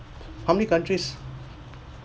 how many countries